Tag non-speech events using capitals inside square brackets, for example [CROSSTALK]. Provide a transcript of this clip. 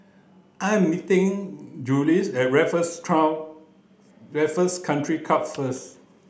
I am meeting Jules at Raffles [UNINTELLIGIBLE] Raffles Country Club first